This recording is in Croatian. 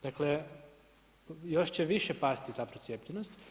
Dakle, još će više pasti ta procijepljenost.